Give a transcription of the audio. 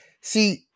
see